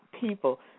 people